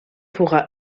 pourra